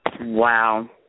Wow